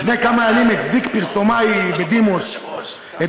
לפני כמה ימים הצדיק פרסומאי בדימוס את